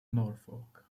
norfolk